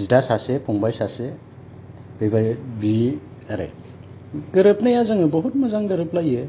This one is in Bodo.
बिदा सासे फंबाय सासे बि ओरै गोरोबनाया जों बहुट मोजां गोरोबलायो